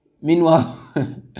Meanwhile